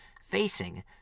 facing